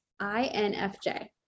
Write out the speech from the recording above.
INFJ